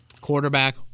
Quarterback